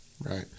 Right